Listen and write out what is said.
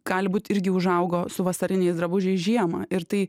gali būt irgi užaugo su vasariniais drabužiais žiemą ir tai